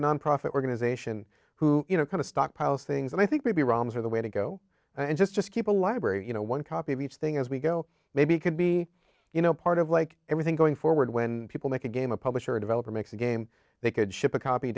a nonprofit organization who you know kind of stockpiles things and i think maybe roms are the way to go and just keep a library you know one copy of each thing as we go maybe could be you know part of like everything going forward when people make a game a publisher a developer makes a game they could ship a copy